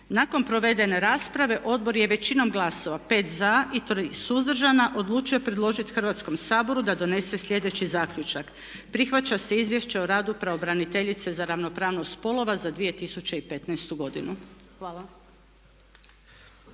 Nakon provedene rasprave odbor je većinom glasova 5 za i 3 suzdržana odlučio predložiti Hrvatskom saboru da donese slijedeći zaključak: „Prihvaća se Izvješće o radu pravobraniteljice za ravnopravnost spolova za 2015.godinu.“ Hvala.